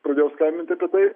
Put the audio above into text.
pradėjau skambint apie tai